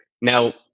Now